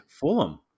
Fulham